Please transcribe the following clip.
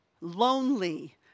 lonely